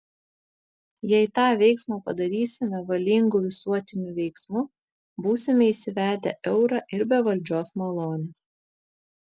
jei tą veiksmą padarysime valingu visuotiniu veiksmu būsime įsivedę eurą ir be valdžios malonės